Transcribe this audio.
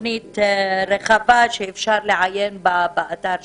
תוכנית רחבה שאפשר לעיין בה באתר שלנו.